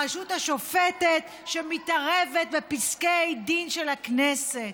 הרשות השופטת מתערבת בפסקי דין בכנסת.